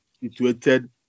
situated